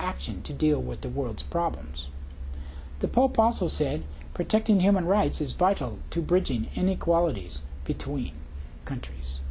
action to deal with the world's problems the pope also said protecting human rights is vital to bridging inequalities between countries